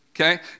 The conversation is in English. okay